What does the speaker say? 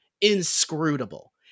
inscrutable